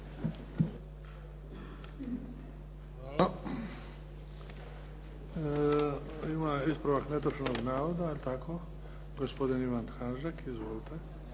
Hvala. Ima ispravak netočnog navoda, gospodin Ivan Hanžek. Izvolite.